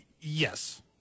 Yes